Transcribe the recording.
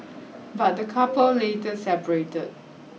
but the couple later separated